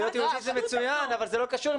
להיות יהודי זה מצוין אבל זה לא קשור.